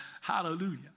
Hallelujah